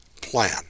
plan